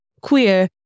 queer